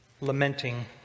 lamenting